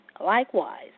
likewise